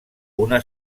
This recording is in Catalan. una